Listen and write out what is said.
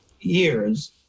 years